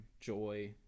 joy